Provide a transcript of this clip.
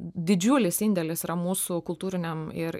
didžiulis indėlis yra mūsų kultūriniam ir